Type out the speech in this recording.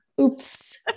oops